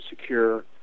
secure